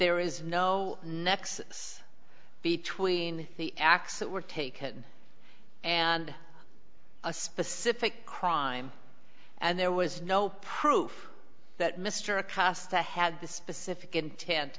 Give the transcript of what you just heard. there is no nexus between the acts that were taken and a specific crime and there was no proof that mr a cast the had the specific intent